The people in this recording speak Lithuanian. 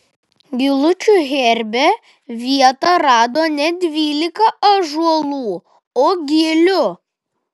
gilučių herbe vietą rado ne dvylika ąžuolų o gilių